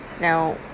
Now